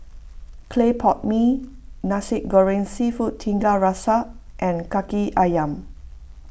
Clay Pot Mee Nasi Goreng Seafood Tiga Rasa and Kaki Ayam